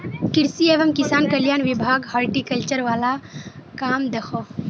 कृषि एवं किसान कल्याण विभाग हॉर्टिकल्चर वाल काम दखोह